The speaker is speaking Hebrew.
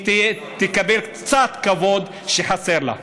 היא תקבל קצת כבוד שחסר לה.